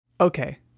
Okay